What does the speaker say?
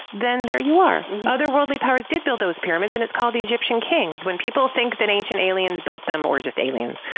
then there you are. other-worldly powers did build those pyramids and it's called the egyptian king. when people think that ancient aliens built them, or just aliens,